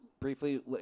briefly